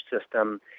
system